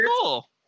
cool